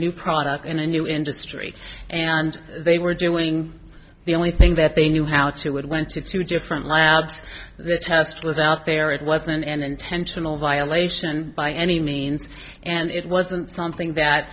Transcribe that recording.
new product in a new industry and they were doing the only thing that they knew how to word went to two different labs their test was out there it wasn't an intentional violation by any means and it wasn't something that